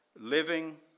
Living